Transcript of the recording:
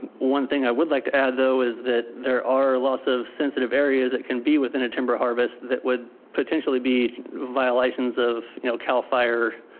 one thing i would like to add though, is that there are lots of sensitive areas that can be within a timber harvest that would potentially be violations of you know cal fire,